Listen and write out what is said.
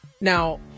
Now